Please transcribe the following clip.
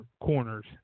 corners